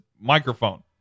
microphone